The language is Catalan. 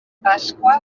pasqua